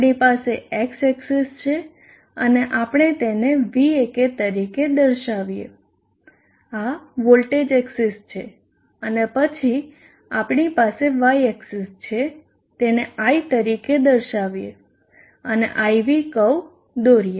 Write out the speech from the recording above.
આપણી પાસે x axis છે અને આપણે તેને Vak તરીકે દર્શાવીએ આ વોલ્ટેજ એક્સીસ છે અને પછી આપણી પાસે y એક્સીસ છે તેને i તરીકે દર્શાવીએ અને I V કર્વ દોરીએ